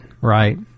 right